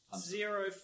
Zero